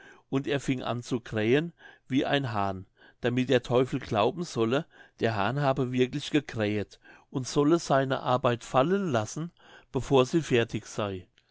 und er fing an zu krähen wie ein hahn damit der teufel glauben solle der hahn habe wirklich gekrähet und solle seine arbeit fallen lassen bevor sie fertig sey